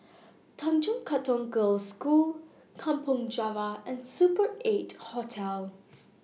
Tanjong Katong Girls' School Kampong Java and Super eight Hotel